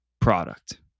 product